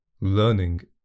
learning